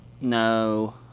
No